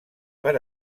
per